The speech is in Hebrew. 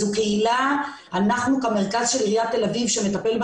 זו קהילה שאנחנו כמרכז של עיריית תל אביב שמטפל בה